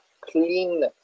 clean